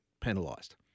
penalised